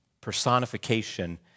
personification